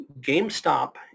GameStop